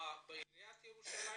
בעירית ירושלים,